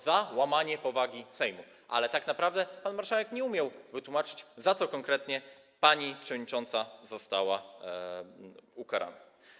Za łamanie powagi Sejmu, ale tak naprawdę pan marszałek nie umiał wytłumaczyć, za co konkretnie pani przewodnicząca została ukarana.